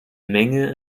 menge